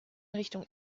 richtung